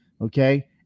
okay